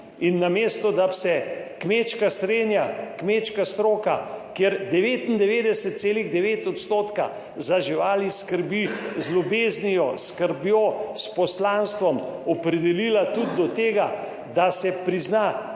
In namesto da bi se kmečka srenja, kmečka stroka, kjer 99,9 % za živali skrbi z ljubeznijo, s skrbjo, s poslanstvom, opredelila tudi do tega, da se prizna